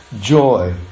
joy